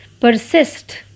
persist